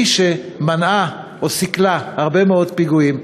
היא שמנעה או סיכלה הרבה מאוד פיגועים.